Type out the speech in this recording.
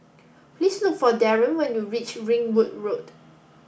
please look for Darren when you reach Ringwood Road